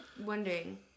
wondering